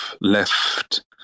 left